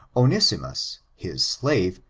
oneaimos, his slave,